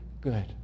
good